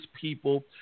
people